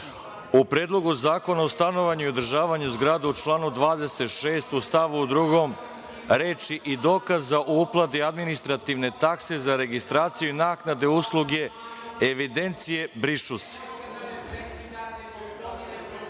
u Predlogu zakona o stanovanju i održavanju zgrada, u članu 26. u stavu 2. reči: „i dokaz za uplatu administrativne takse za registraciju i naknadne usluge evidencije“ brišu